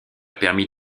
permis